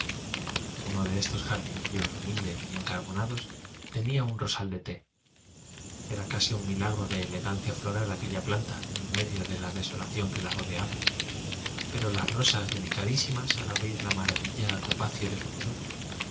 uno de estos jardinillos humildes y en carbonados tenía un rosal de te era casi un milagro de elegancia floral aquella plan ta enmedio de la desolación que la rodea ba pero las rosas delicadísimas al abrir la maravilla topacio de su color